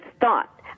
thought